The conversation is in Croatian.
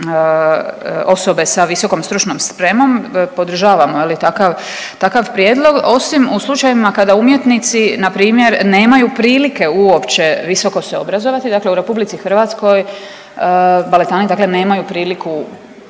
osobe sa visokom stručnom spremom, podržavamo takav prijedlog osim u slučajevima kada umjetnici npr. nemaju prilike uopće visoko se obrazovati. Dakle u RH baletani nemaju priliku